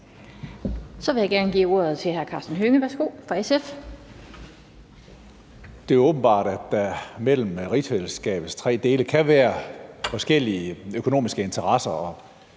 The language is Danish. fra SF. Værsgo. Kl. 21:11 Karsten Hønge (SF): Det er åbenbart, at der mellem rigsfællesskabets tre dele kan være forskellige økonomiske interesser, og